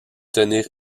tenir